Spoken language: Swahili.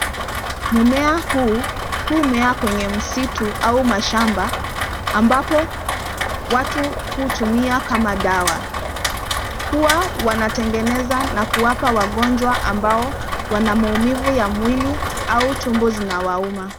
Mmea huu humea kwenye msitu au mashamba ambapo watu hutumia kama dawa. Huwa wanatengeneza na kuwapa wagonjwa ambao wana maumivu ya mwili au tumbo zinawauma.